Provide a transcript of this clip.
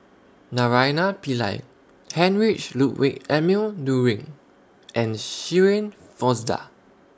Naraina Pillai Heinrich Ludwig Emil Luering and Shirin Fozdar